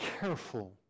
careful